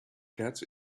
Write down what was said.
cat